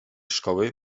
szkoły